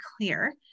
clear